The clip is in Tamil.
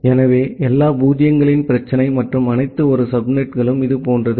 எனவே எல்லா பூஜ்ஜியங்களின் பிரச்சினை மற்றும் அனைத்து ஒரு சப்நெட்டுகளும் இது போன்றது